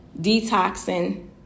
detoxing